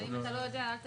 אם אתה לא יודע, אל תעיר.